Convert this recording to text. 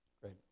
Great